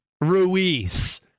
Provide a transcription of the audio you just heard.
ruiz